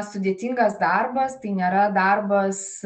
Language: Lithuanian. sudėtingas darbas tai nėra darbas